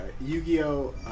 Yu-Gi-Oh